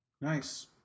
Nice